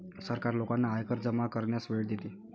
सरकार लोकांना आयकर जमा करण्यास वेळ देते